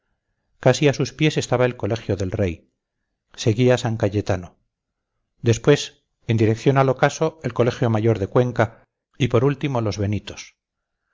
casi a sus pies estaba el colegio del rey seguía san cayetano después en dirección al ocaso el colegio mayor de cuenca y por último los benitos